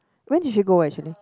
when did you go actually